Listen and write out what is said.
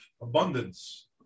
Abundance